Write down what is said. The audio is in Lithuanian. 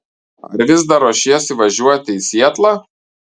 ar vis dar ruošiesi važiuoti į sietlą